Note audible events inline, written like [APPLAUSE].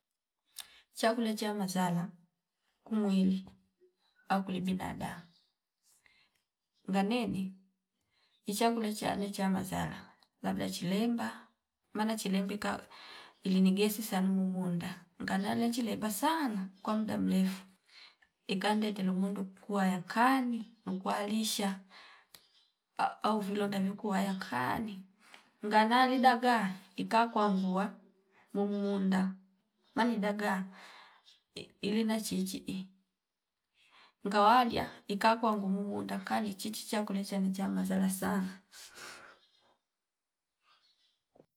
Chakula cha mazala ku mwili akuli binadamu nganeni ichakula chane cha mazala labda chilemba maana chilembinga ili ni gesi salu mumunda nganale chilemba sana kwa mdaa mrefu ikande telemundu kuwa yakani akualisha [HESITATION] au vilonda viku waya kaani nganali dagaa ikakua mvua mumuunda mani dagaa ili na chichiii ngawalia ikakua ngumu mumuunda kali chichi chakule chami manza nansaa